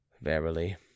Verily